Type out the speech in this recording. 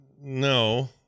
No